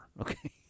okay